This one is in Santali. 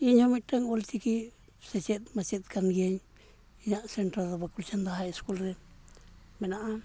ᱤᱧᱦᱚᱸ ᱢᱤᱫᱴᱟᱹᱝ ᱚᱞᱪᱤᱠᱤ ᱥᱮᱪᱮᱫ ᱢᱟᱪᱮᱫ ᱠᱟᱱ ᱜᱤᱭᱟᱹᱧ ᱤᱧᱟᱹᱜ ᱫᱚ ᱠᱩᱲᱪᱟᱸᱫᱟ ᱨᱮ ᱢᱮᱱᱟᱜᱼᱟ